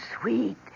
sweet